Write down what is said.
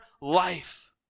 life